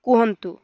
କୁହନ୍ତୁ